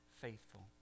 faithful